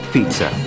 Pizza